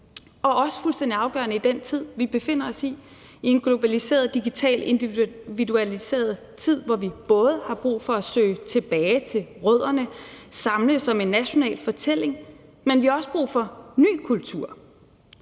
også fuldstændig afgørende i den tid, vi befinder os i – en globaliseret, digital, individualiseret tid, hvor vi både har brug for at søge tilbage til rødderne og samles om en national fortælling, men jo også har brug for ny kultur.